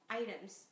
items